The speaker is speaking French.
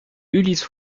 ulysse